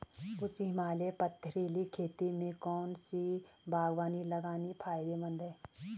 उच्च हिमालयी पथरीली खेती में कौन सी बागवानी लगाना फायदेमंद है?